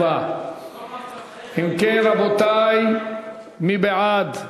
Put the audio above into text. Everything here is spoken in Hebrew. אם כן, רבותי, מי בעד?